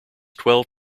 twelve